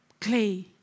clay